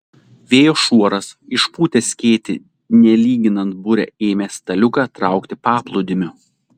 vėjo šuoras išpūtęs skėtį nelyginant burę ėmė staliuką traukti paplūdimiu